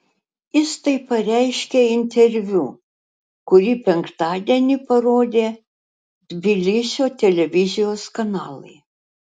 jis tai pareiškė interviu kurį penktadienį parodė tbilisio televizijos kanalai